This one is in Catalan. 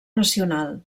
nacional